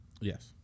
Yes